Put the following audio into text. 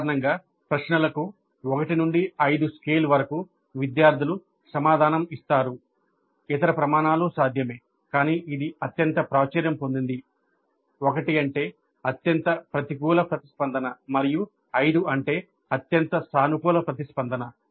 సాధారణంగా ప్రశ్నలకు 1 నుండి 5 స్కేల్ వరకు విద్యార్థులు సమాధానం ఇస్తారు ఇతర ప్రమాణాలు సాధ్యమే కానీ ఇది అత్యంత ప్రాచుర్యం పొందింది 1 అత్యంత ప్రతికూల ప్రతిస్పందన మరియు 5 అత్యంత సానుకూల ప్రతిస్పందన